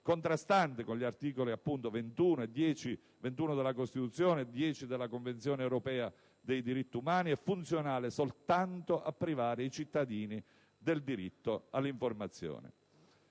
contrasto appunto con gli articoli 21 della Costituzione e 10 della Convenzione europea dei diritti umani e funzionale soltanto a privare i cittadini del diritto all'informazione.